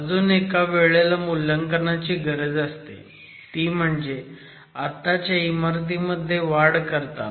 अजून एका वेळेला मूल्यांकनाची गरज असते ती म्हणजे आत्ताच्या इमारतीमध्ये वाढ करताना